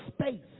space